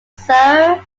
sir